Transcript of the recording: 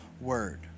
word